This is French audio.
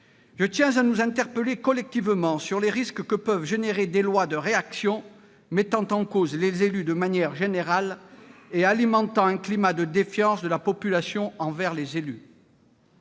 je tiens à nous interpeller collectivement sur les risques que peuvent engendrer des lois de réaction mettant en cause les élus de manière générale et alimentant un climat de défiance de la population envers eux.